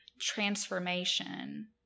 transformation